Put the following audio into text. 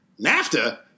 NAFTA